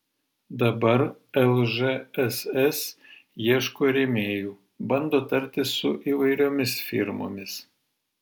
dabar lžss ieško rėmėjų bando tartis su įvairiomis firmomis